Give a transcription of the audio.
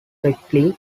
thickly